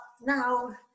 now